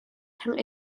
thang